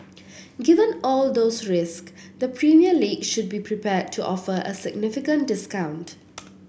given all those risks the Premier League should be prepared to offer a significant discount